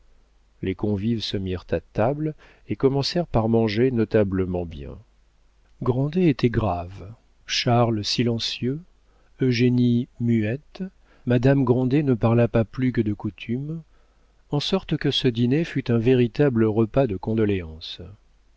les convives se mirent à table et commencèrent par manger notablement bien grandet était grave charles silencieux eugénie muette madame grandet ne parla pas plus que de coutume en sorte que ce dîner fut un véritable repas de condoléance